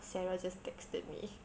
sarah just texted me